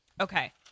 Okay